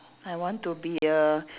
I want to be a